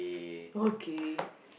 okay